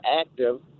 active